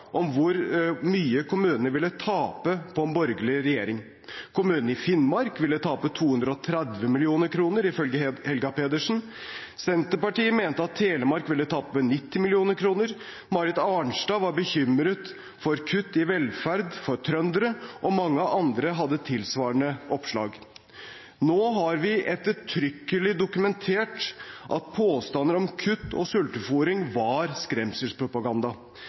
om hvor mye kommunene ville tape på en borgerlig regjering. Kommunene i Finnmark ville tape 230 mill. kr, ifølge Helga Pedersen. Senterpartiet mente at Telemark ville tape 90 mill. kr. Marit Arnstad var bekymret for kutt i velferd for trøndere, og mange andre hadde tilsvarende oppslag. Nå har vi ettertrykkelig dokumentert at påstander om kutt og sultefôring var skremselspropaganda.